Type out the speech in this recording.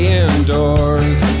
indoors